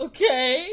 Okay